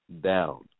down